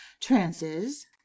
trances